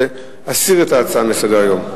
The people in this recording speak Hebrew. להסיר את ההצעה מסדר-היום.